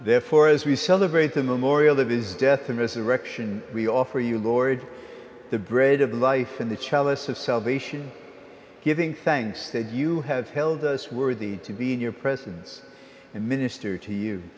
therefore as we celebrate the memorial of his death and resurrection we offer you lord the bread of life and the chalice of salvation giving thanks that you have held us worthy to be in your presence and minister to you